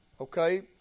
Okay